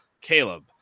Caleb